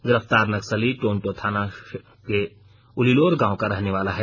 गिरफ्तार नक्सली टोंटो थाना के उलिलोर गांव का रहने वाला है